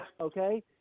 Okay